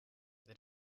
that